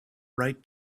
right